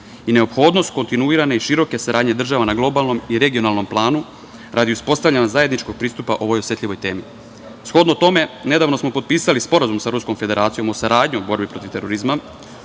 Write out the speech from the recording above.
i neophodnost kontinuirane i široke saradnje država na globalnom i regionalnom planu, radi uspostavljanja zajedničkog pristupa u ovoj osetljivoj temi. Shodno tome, nedavno smo potpisali i sporazum sa Ruskom federacijom o saradnji u borbi protiv terorizma,